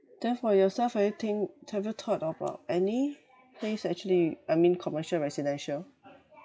then for yourself have you think have you thought of uh any place actually I mean commercial residential